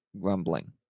grumbling